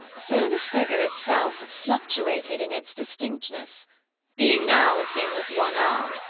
so the figure itself fluctuated in its distinctness being now a thing with one arm,